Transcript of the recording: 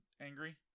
angry